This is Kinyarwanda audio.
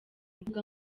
mbuga